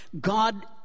God